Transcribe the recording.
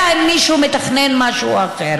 אלא אם כן מישהו מתכנן משהו אחר.